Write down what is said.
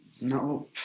No